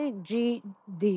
IgD